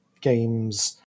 games